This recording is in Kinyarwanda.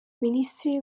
minisitiri